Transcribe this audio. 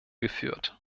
geführt